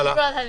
הלאה.